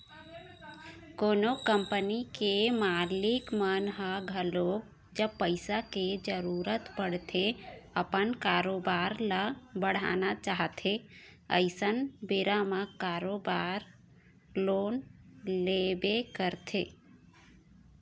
कोनो कंपनी के मालिक मन ह घलोक जब पइसा के जरुरत पड़थे अपन कारोबार ल बढ़ाना चाहथे अइसन बेरा म बरोबर लोन लेबे करथे